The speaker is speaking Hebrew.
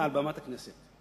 מעל במת הכנסת.